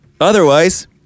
Otherwise